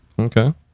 Okay